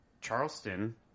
charleston